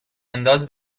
انداز